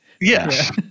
Yes